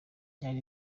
byari